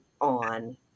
on